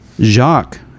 Jacques